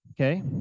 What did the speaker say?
Okay